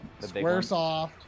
Squaresoft